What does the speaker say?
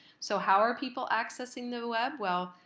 so how are people accessing the web? well,